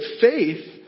faith